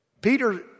Peter